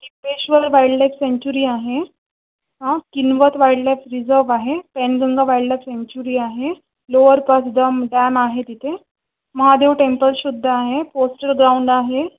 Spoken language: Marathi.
टिपेश्वर वाइल्ड लायफ सेन्चुरी आहे किनवत वाईल्ड लायफ रिजर्व आहे पेनगंगा वाइल्ड लायफ सेन्चुरी आहे लोवर पस दम डॅम आहे तिथे महादेव टेम्पलसुद्धा आहे पोस्टल ग्राउंड आहे